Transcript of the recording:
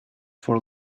for